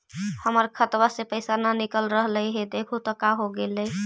हमर खतवा से पैसा न निकल रहले हे देखु तो का होगेले?